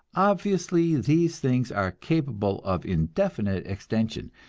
obviously, these things are capable of indefinite extension,